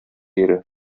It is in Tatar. ире